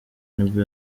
nibwo